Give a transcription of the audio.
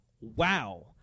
Wow